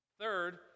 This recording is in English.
Third